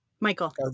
Michael